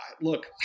look